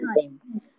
time